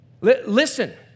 Listen